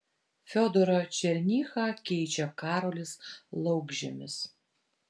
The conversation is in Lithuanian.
fiodorą černychą keičia karolis laukžemis